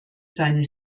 seine